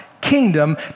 kingdom